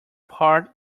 part